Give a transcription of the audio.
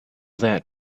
that